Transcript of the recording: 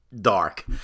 dark